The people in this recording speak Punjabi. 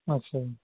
ਅੱਛਾ ਜੀ